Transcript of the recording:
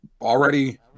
already